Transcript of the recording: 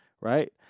right